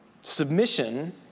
submission